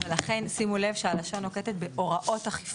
ולכן, שימו לב שהלשון נוקטת ב-"הוראות אכיפה",